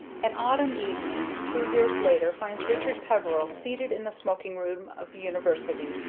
an autumn evening two years later finds richard peveril seated in the smoking-room of the university,